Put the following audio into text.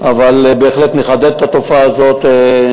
אבל בהחלט נחדד את התופעה הזאת,